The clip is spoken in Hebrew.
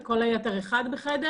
וכל היתר הם אחד בחדר.